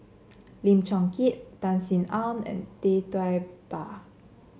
Lim Chong Keat Tan Sin Aun and Tee Tua Ba